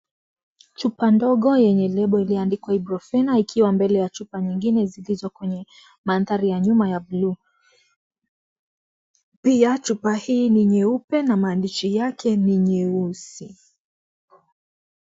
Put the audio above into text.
Chupa ndogo yenye label iliyoandikwa ibuprofen ikiwa mbele ya chupa nyingine zilizoko kwenye mandhari ya bulu pia chupa hii ni nyeupe na maandishi yake ni nyeusi.